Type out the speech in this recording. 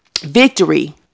victory